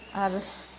ᱟᱨ